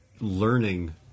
learning